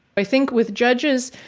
i think with judges,